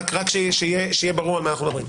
שיהיה ברור על מה מדובר.